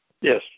Yes